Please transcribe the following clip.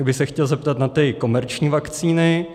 Pak bych se chtěl zeptat na ty komerční vakcíny.